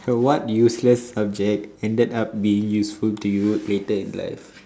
so what useless subject ended up being useful to you later in life